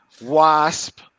Wasp